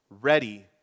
ready